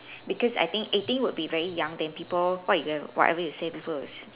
because I think eighteen would be very young then people what you got whatever you say people will